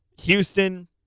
Houston